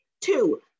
Two